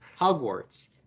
Hogwarts